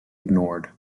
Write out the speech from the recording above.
ignored